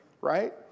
right